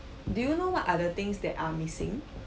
do you know what are the things that are missing